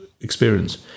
experience